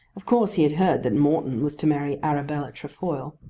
of course he had heard that morton was to marry arabella trefoil,